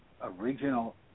original